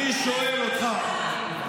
אני שואל אותך,